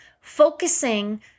Focusing